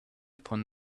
upon